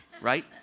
right